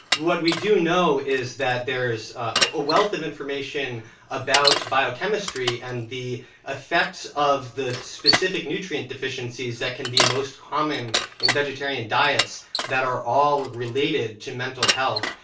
what we do know is that there is a wealth of information about biochemistry and the effects of the specific nutrient deficiencies that can be most common in vegetarian diets that are all related to mental health.